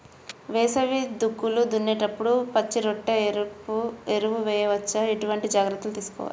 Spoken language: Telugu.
వేసవి దుక్కులు దున్నేప్పుడు పచ్చిరొట్ట ఎరువు వేయవచ్చా? ఎటువంటి జాగ్రత్తలు తీసుకోవాలి?